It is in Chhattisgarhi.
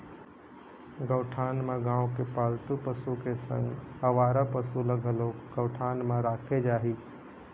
गौठान म गाँव के पालतू पशु के संग अवारा पसु ल घलोक गौठान म राखे जाही